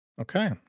Okay